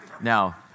Now